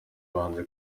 banze